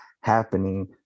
happening